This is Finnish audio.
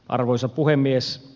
arvoisa puhemies